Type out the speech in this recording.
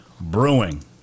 brewing